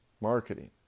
marketing